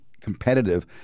competitive